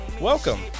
Welcome